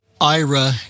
Ira